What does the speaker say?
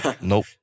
Nope